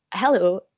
Hello